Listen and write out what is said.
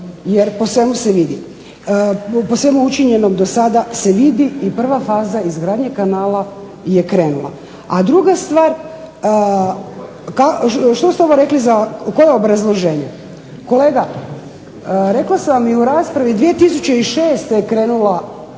jer po svemu do sada učinjenom se vidi i prva faza izgradnje kanala je krenula. A druga stvar, što ste ovo rekli, koje obrazloženje? Kolega, rekla sam vam i u raspravi 2006. je krenula